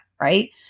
right